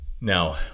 Now